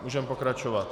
Můžeme pokračovat.